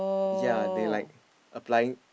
ya they like applying